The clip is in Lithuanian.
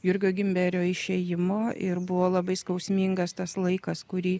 jurgio gimberio išėjimo ir buvo labai skausmingas tas laikas kurį